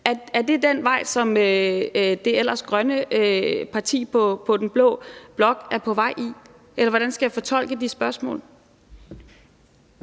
Er det den vej, som det ellers grønne parti i den blå blok er på vej ud ad, eller hvordan skal jeg fortolke dit spørgsmål?